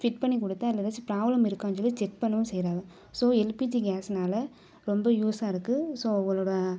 fit பண்ணி கொடுத்து அதில் ஏதாச்சும் ப்ராப்ளம் இருக்கான்னு சொல்லி செக் பண்ணவும் செய்கிறாங்க ஸோ எல்பிஜி கேஸுனால ரொம்ப யூஸாக இருக்குது ஸோ அவங்களோட